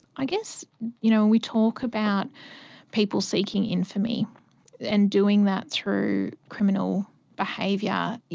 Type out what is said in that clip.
i guess you know and we talk about people seeking infamy and doing that through criminal behaviour,